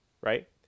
right